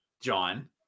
john